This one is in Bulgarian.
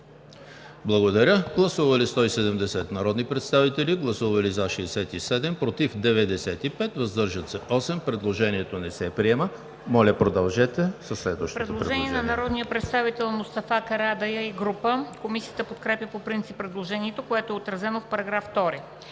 Гласували 170 народни представители: за 67, против 95, въздържали се 8. Предложението не се приема. Моля, продължете със следващите предложения.